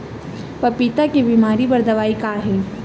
पपीता के बीमारी बर दवाई का हे?